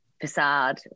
facade